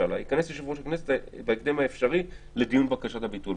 יכנס יושב-ראש הכנסת בהקדם האפשרי לדיון בבקשת הביטול.